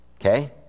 okay